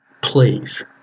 Please